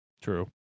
True